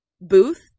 booth